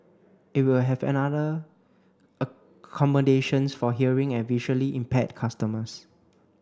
it will have another accommodations for hearing and visually impaired customers